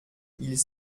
ils